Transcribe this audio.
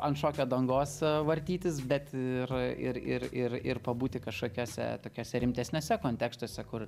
an šokio dangos vartytis bet ir ir ir ir ir pabūti kažkokiuose tokiuose rimtesniuose kontekstuose kur